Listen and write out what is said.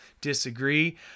disagree